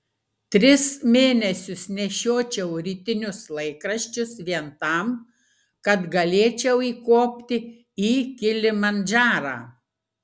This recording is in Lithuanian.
tris mėnesius nešiočiau rytinius laikraščius vien tam kad galėčiau įkopti į kilimandžarą